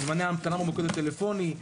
זמני המתנה במוקד הטלפוני,